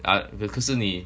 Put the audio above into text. I 可是你